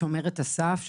שומרת הסף,